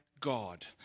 God